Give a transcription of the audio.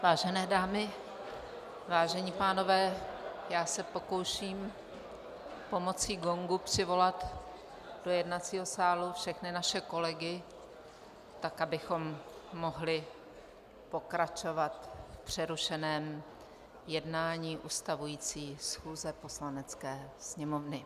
Vážené dámy, vážení pánové, já se pokouším pomocí gongu přivolat do jednacího sálu všechny naše kolegy, tak abychom mohli pokračovat v přerušeném jednání ustavující schůze Poslanecké sněmovny.